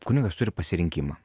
kunigas turi pasirinkimą